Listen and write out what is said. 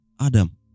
Adam